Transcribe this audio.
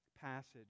passage